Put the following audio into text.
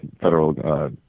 federal